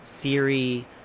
Siri